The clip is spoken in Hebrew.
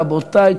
רבותי,